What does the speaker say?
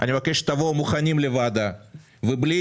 אני מבקש שתבואו מוכנים לוועדה ובלי